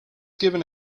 given